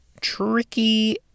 tricky